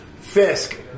Fisk